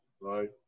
right